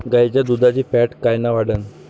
गाईच्या दुधाची फॅट कायन वाढन?